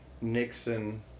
Nixon